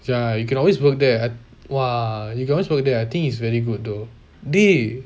ya you can always work there I !wah! you can always work there I think it's very good though dey